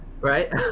right